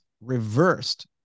reversed